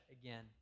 again